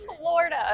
Florida